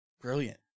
brilliant